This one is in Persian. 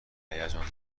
هیجان